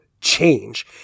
Change